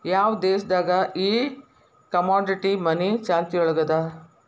ಯಾವ್ ದೇಶ್ ದಾಗ್ ಈ ಕಮೊಡಿಟಿ ಮನಿ ಚಾಲ್ತಿಯೊಳಗದ?